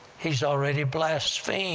he's already blasphemed